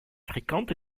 fréquente